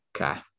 Okay